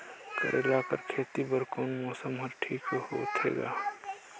करेला कर खेती बर कोन मौसम हर ठीक होथे ग?